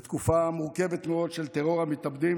בתקופה מורכבת מאוד של טרור המתאבדים,